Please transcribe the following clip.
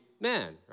man